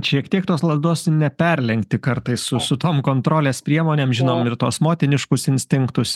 šiek tiek tos lazdos neperlenkti kartais su su tom kontrolės priemonėm žinom ir tos motiniškus instinktus